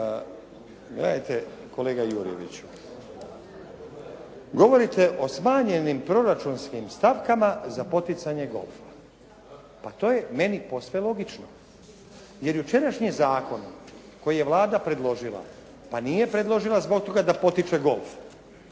Gledajte kolega Jurjeviću , govorite o smanjenim proračunskim stavkama za poticanje govora. Pa to je meni posve logično. Jer jučerašnji zakon koji je Vlada predložila, pa nije predložila zbog toga da potiče golf.